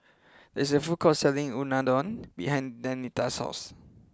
there is a food court selling Unadon behind Danita's house